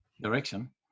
direction